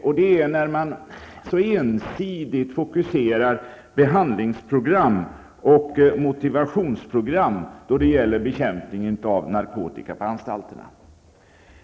Jag tycker nämligen att man så ensidigt fokuserar behandlingsprogram och motivationsprogram när det gäller bekämpning av narkotika på anstalterna.